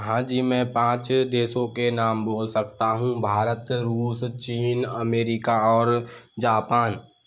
हाँ जी मैं पाँच देशों के नाम बोल सकता हूँ भारत रूस चीन अमेरिका और जापान